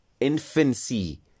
infancy